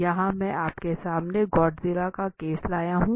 यहाँ मैं आपके सामने गॉडज़िला का केस लाया हूँ